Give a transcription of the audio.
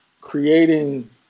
creating